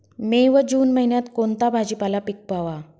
मे व जून महिन्यात कोणता भाजीपाला पिकवावा?